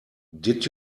did